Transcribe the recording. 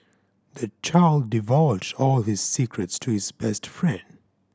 the child divulged all his secrets to his best friend